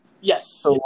yes